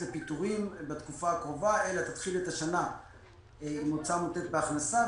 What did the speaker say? לפיטורים בתקופה הקרובה אלא תתחיל את השנה עם הוצאה מותנית בהכנסה.